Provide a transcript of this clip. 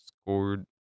scored